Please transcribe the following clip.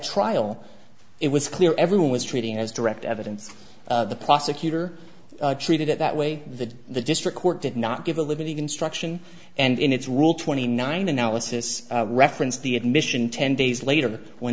trial it was clear everyone was treating as direct evidence the prosecutor treated it that way the the district court did not give a living instruction and in its rule twenty nine analysis referenced the admission ten days later when